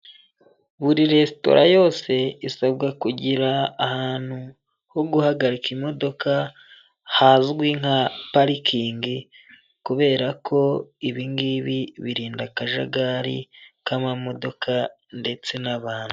Buri resitora yose isabwa kugira ahantu ho guhagarika imodoka hazwi nka parikingi, kubera ko ibi ngibi birinda akajagari k'amamodoka ndetse n'abantu.